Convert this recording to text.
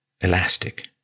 elastic